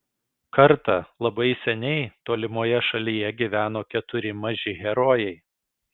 kartą labai seniai tolimoje šalyje gyveno keturi maži herojai